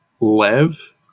Lev